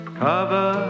cover